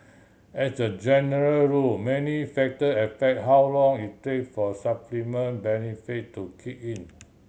as a general rule many factor affect how long it take for supplement benefit to kick in